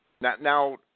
Now